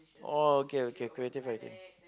oh okay okay creative writing